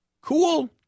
Cool